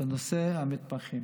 בנושא המתמחים,